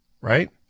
Right